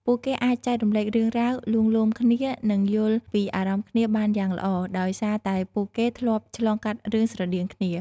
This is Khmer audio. ពួកគេអាចចែករំលែករឿងរ៉ាវ លួងលោមគ្នា និងយល់ពីអារម្មណ៍គ្នាបានយ៉ាងល្អ ដោយសារតែពួកគេធ្លាប់ឆ្លងកាត់រឿងស្រដៀងគ្នា ។